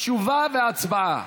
תשובה והצבעה.